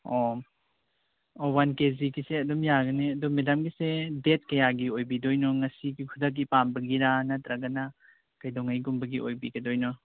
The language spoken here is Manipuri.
ꯑꯣ ꯑꯧ ꯋꯥꯟ ꯀꯦꯖꯤꯒꯤꯁꯦ ꯑꯗꯨꯝ ꯌꯥꯒꯅꯤ ꯑꯗꯨ ꯃꯦꯗꯥꯝꯒꯤꯁꯦ ꯗꯦꯗ ꯀꯌꯥꯒꯤ ꯑꯣꯏꯕꯤꯗꯣꯏꯅꯣ ꯉꯁꯤꯒꯤ ꯈꯨꯗꯛꯀꯤ ꯄꯥꯝꯕꯒꯤꯔꯥ ꯅꯠꯇ꯭ꯔꯒꯅ ꯀꯩꯗꯧꯉꯩꯒꯨꯝꯕꯒꯤ ꯑꯣꯏꯕꯤꯒꯗꯣꯏꯅꯣ